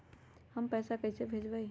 हम पैसा कईसे भेजबई?